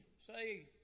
say